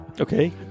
Okay